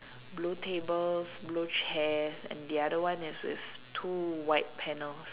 blue tables blue chairs and the other one is with two white panels